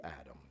Adam